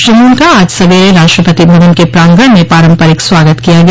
Shri Moon का आज सवेरे राष्ट्रपति भवन के प्रांगण में पारंपरिक स्वागत किया गया